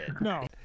No